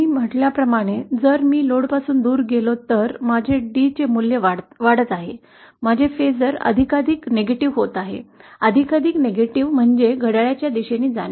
मी म्हटल्याप्रमाणे जर मी लोडपासून दूर गेलो तर माझे D मूल्य वाढत आहे माझे फेसर अधिकाधिक नकारात्मक होत आहे अधिकाधिक नकारात्मक म्हणजे घड्याळाच्या दिशेने जाणे